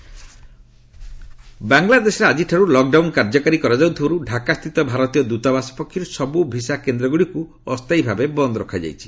Bangladesh India visa ବାଂଲାଦେଶରେ ଆଜିଠାରୁ lockdown କାର୍ଯ୍ୟକାରୀ କରାଯାଉଥିବାରୁ ଢାକା ସ୍ଥିତ ଭାରତୀୟ ଦୂତାବାସ ପକ୍ଷରୁ ସବୁ ଭିସା କେନ୍ଦ୍ରଗୁଡ଼ିକୁ ଅସ୍ଥାୟୀ ଭାବେ ବନ୍ଦ୍ ରଖାଯାଇଛି